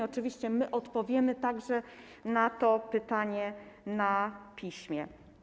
Oczywiście my odpowiemy także na to pytanie na piśmie.